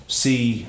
see